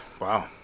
Wow